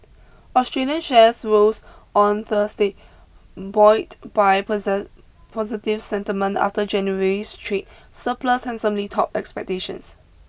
Australian shares rose on Thursday buoyed by positive sentiment after January's trade surplus handsomely topped expectations